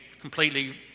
completely